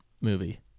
movie